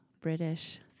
British